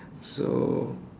so